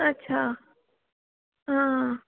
अच्छा हा